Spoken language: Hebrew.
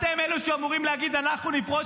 אתם אלה שאמורים להגיד: אנחנו נפרוש